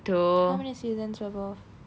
how many seasons were both